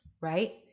right